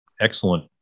excellent